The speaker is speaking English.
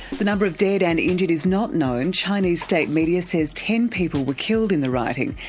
the number of dead and injured is not known. chinese state media says ten people were killed in the rioting.